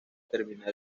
terminar